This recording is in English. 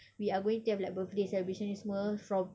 we are going to like have birthday celebration ni semua from